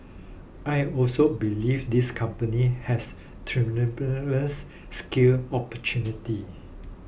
I also believe this company has tremendous scale opportunity